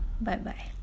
Bye-bye